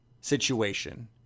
situation